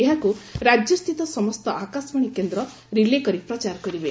ଏହାକୁ ରାଜ୍ୟସ୍ତିତ ସମସ୍ତ ଆକାଶବାଶୀ କେନ୍ଦ୍ର ରିଲେ କରି ପ୍ରଚାର କରିବେ